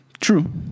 True